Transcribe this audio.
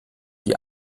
die